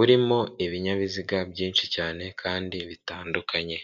urimo ibinyabiziga byinshi cyane kandi bitandukanye.